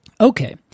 okay